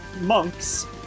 monks